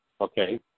okay